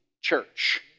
church